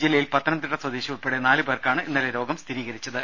ജില്ലയിൽ പത്തനംതിട്ട സ്വദേശിനി ഉൾപ്പെടെ നാലു പേർക്കാണ് ഇന്നലെ രോഗം സ്ഥിരീകരിച്ചത്